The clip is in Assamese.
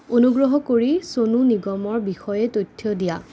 অনুগ্ৰহ কৰি চনু নিগমৰ বিষয়ে তথ্য দিয়া